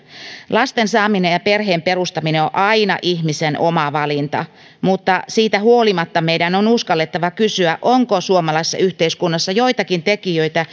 lasten saaminen ja perheen perustaminen on aina ihmisen oma valinta mutta siitä huolimatta meidän on uskallettava kysyä onko suomalaisessa yhteiskunnassa joitakin tekijöitä